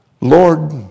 Lord